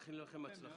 מאחלים לכם הצלחה.